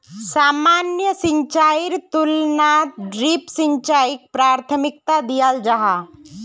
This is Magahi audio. सामान्य सिंचाईर तुलनात ड्रिप सिंचाईक प्राथमिकता दियाल जाहा